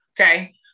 Okay